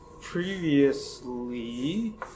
previously